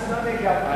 מהמזנון הגעתי.